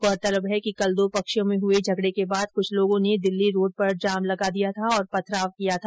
गौरतलब है कि कल दो पक्षों मे हुए झगडे के बाद कुछ लोगों ने दिल्ली रोड पर जाम लगा दिया था और पथराव किया था